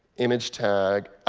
image tag. ah,